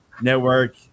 Network